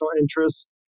interests